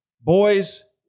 boys